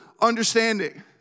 understanding